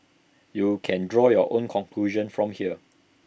you can draw your own conclusion from here